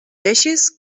deixis